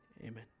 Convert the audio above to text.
Amen